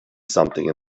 something